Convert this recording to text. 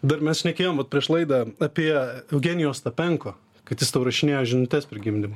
dar mes šnekėjom vat prieš laidą apie eugenijų ostapenko kad jis tau rašinėjo žinutes per gimdymą